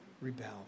rebel